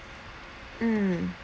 mm